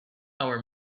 our